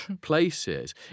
places